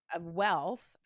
wealth